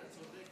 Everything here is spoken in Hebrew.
אתה צודק,